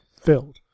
filled